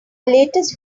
latest